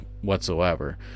whatsoever